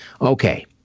Okay